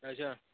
اَچھا